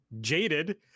jaded